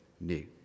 new